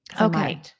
Okay